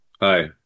Hi